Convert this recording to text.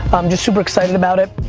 i'm just super excited about it.